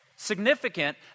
Significant